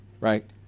Right